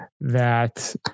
that-